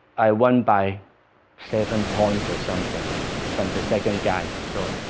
i won by seven points or something from the second guy so